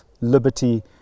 liberty